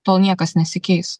tol niekas nesikeis